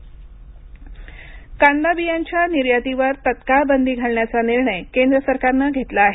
कांदा बी निर्यात कांदा बियांच्या निर्यातीवर तत्काळ बंदी घालण्याचा निर्णय केंद्र सरकारनं घेतला आहे